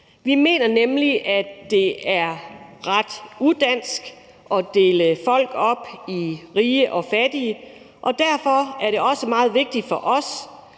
Vi mener nemlig, at det er ret udansk at dele folk op i rige og fattige, og derfor er det også meget vigtigt for os,